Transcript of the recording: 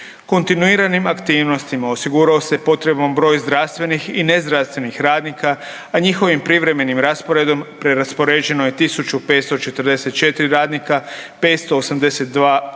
Kontinuiranim aktivnostima osigurao se potreban broj zdravstvenih i nezdravstvenih radnika a njihovim privremenom rasporedom, preraspoređeno je 1544 radnika, 582 liječnika